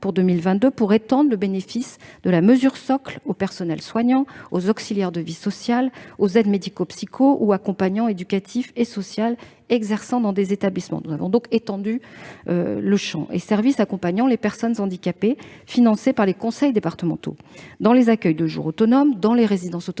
à étendre le bénéfice de la mesure socle aux personnels soignants, aux auxiliaires de vie sociale, aux aides médico-psychologiques ou aux accompagnants éducatifs et sociaux exerçant dans des établissements et dans des services accompagnant des personnes handicapées et financés par les conseils départementaux, ainsi que dans les accueils de jours autonomes et dans les résidences autonomie.